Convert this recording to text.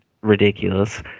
Ridiculous